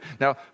Now